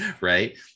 Right